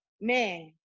man